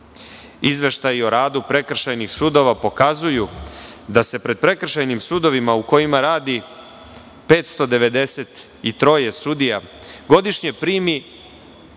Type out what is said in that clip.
delikata. Izveštaji o radu prekršajnih sudova pokazuju da se pred prekršajnim sudovima u kojima radi 593 sudija godišnje primi